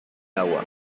agua